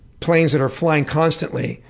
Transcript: planes that are flying constantly,